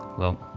well,